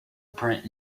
print